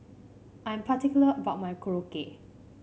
I am particular about my Korokke